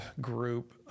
group